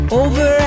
over